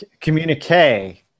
communique